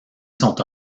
sont